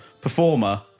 performer